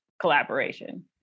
collaboration